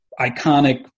iconic